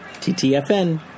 TTFN